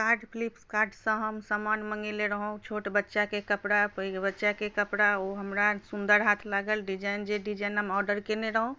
cart फ्लिपकार्टसँ हम सामान मङ्गेने रहौँ छोट बच्चाके कपड़ा पैघ बच्चाके कपड़ा ओ हमरा सुन्दर हाथ लागल डिजाइन जे डिजाइन हम ऑर्डर कयने रहौँ